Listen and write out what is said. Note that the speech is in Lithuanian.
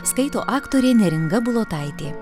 skaito aktorė neringa bulotaitė